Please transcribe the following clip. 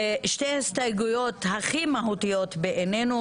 שתי ההסתייגויות הכי מהותיות בעינינו,